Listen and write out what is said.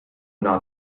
not